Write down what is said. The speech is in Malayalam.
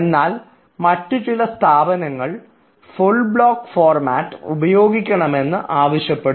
എന്നാൽ മറ്റു ചില സ്ഥാപനങ്ങൾ ഫുൾ ബ്ലോക്ക് ഫോർമാറ്റ് ഉപയോഗിക്കണം എന്ന് ആവശ്യപ്പെടാം